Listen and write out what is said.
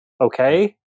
okay